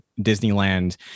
Disneyland